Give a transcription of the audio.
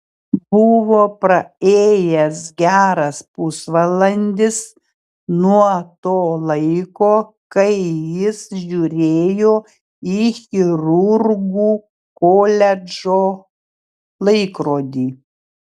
buvo praėjęs geras pusvalandis nuo to laiko kai jis žiūrėjo į chirurgų koledžo laikrodį